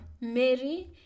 Mary